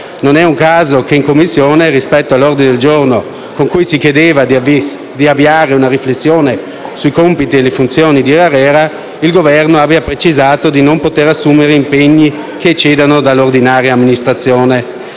Non è un caso che in Commissione, rispetto all'ordine del giorno con cui si chiedeva di avviare una riflessione sui compiti e le funzioni di ARERA, il Governo abbia precisato di non poter assumere impegni che eccedano dall'ordinaria amministrazione.